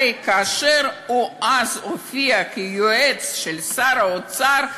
הרי כאשר הוא אז הופיע כיועץ של שר האוצר,